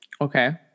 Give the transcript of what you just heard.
okay